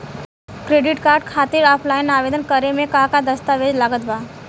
Credit card खातिर offline आवेदन करे म का का दस्तवेज लागत बा?